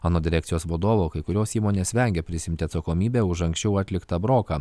anot direkcijos vadovo kai kurios įmonės vengia prisiimti atsakomybę už anksčiau atliktą broką